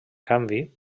canvi